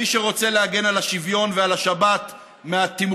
ומי שרוצה להגן על השוויון ועל השבת מהתמרונים